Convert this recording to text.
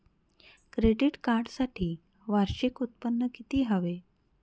Credit कार्डसाठी वार्षिक उत्त्पन्न किती हवे?